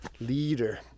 leader